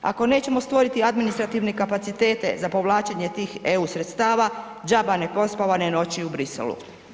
Ako nećemo stvoriti administrativne kapacitete za povlačenje tih EU sredstava džaba neprospavane noći u Briselu.